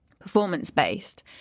performance-based